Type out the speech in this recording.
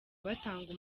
batanga